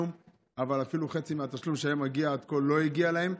אבל אפילו חצי מהתשלום שהיה מגיע עד כה לא הגיע להם.